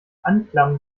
anklam